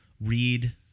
read